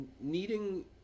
needing